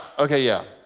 ok, yeah.